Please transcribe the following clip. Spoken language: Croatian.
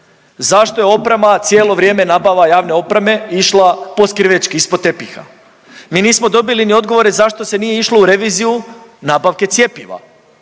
Zašto je oprema cijelo vrijeme nabava javne opreme išla poskrivečki, ispod tepiha? Mi nismo dobili ni odgovore zašto se nije išlo u reviziju nabavke cjepiva.